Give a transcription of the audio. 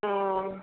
ओ